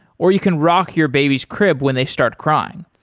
or you can rock your baby's crib when they start crying.